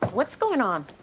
what's going on?